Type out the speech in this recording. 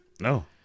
no